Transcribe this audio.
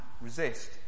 resist